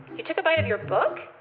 you took a bite of your book?